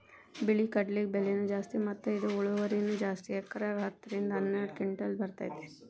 ಬಿಳಿ ಕಡ್ಲಿಗೆ ಬೆಲೆನೂ ಜಾಸ್ತಿ ಮತ್ತ ಇದ ಇಳುವರಿನೂ ಜಾಸ್ತಿ ಎಕರೆಕ ಹತ್ತ ರಿಂದ ಹನ್ನೆರಡು ಕಿಂಟಲ್ ಬರ್ತೈತಿ